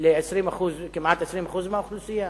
ל-20% כמעט מהאוכלוסייה,